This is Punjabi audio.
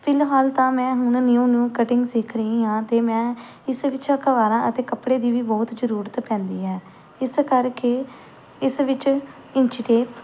ਫਿਲਹਾਲ ਤਾਂ ਮੈਂ ਹੁਣ ਨਿਊ ਨਿਊ ਕਟਿੰਗ ਸਿੱਖ ਰਹੀ ਹਾਂ ਅਤੇ ਮੈਂ ਇਸ ਵਿੱਚ ਅਖਬਾਰਾਂ ਅਤੇ ਕੱਪੜੇ ਦੀ ਵੀ ਬਹੁਤ ਜ਼ਰੂਰਤ ਪੈਂਦੀ ਹੈ ਇਸ ਕਰਕੇ ਇਸ ਵਿੱਚ ਇੰਚੀ ਟੇਪ